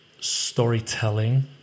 storytelling